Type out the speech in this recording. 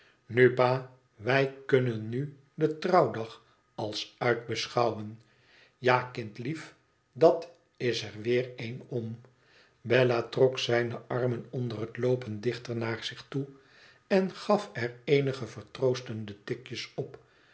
tnu pa wij kunnen nu den trouwdag als uit beschouwen ja kindlief dat is er weer een om bella trok zijne armen onder het loopen dichter naar zich toe en gaf er eenige vertroostende tikjes op